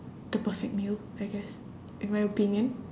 the perfect meal I guess in my opinion